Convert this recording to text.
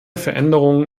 veränderungen